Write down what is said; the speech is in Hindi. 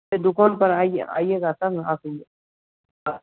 दुकान पर आइए आइएगा तब ना आइए हाँ